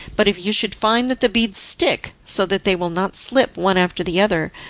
but if you should find that the beads stick, so that they will not slip one after the other,